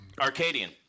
Arcadian